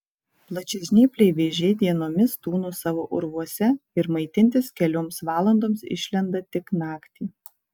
plačiažnypliai vėžiai dienomis tūno savo urvuose ir maitintis kelioms valandoms išlenda tik naktį